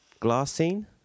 glassine